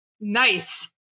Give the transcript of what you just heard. Nice